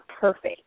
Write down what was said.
perfect